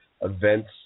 events